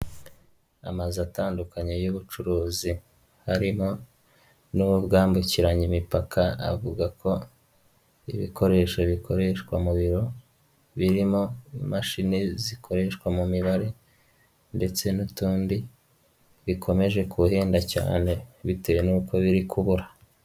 Amazu atandukanye y'ubucuruzi, harimo n'ubwambukiranya imipaka avuga ko ibikoresho bikoreshwa mu biro birimo imashini zikoreshwa mu mibare ndetse n'utundi bikomeje guhenda cyane bitewe n'uko biri kubura.